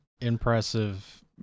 impressive